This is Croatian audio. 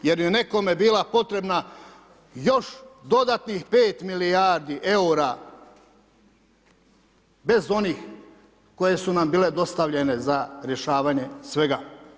Jer je nekome bila potrebna još dodatnih 5 milijardi EUR-a bez onih koji su nam bile dostavljene za rješavanje svega.